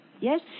Yes